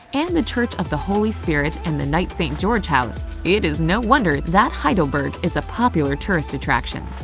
and the church of the holy spirit and the knight st. george house, it is no wonder that heidelberg is a popular tourist attraction.